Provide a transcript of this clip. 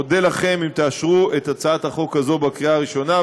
אודה לכם אם תאשרו את הצעת החוק הזאת בקריאה ראשונה,